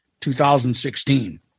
2016